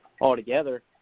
altogether